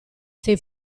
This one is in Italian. sei